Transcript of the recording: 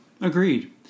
Agreed